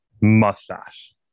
mustache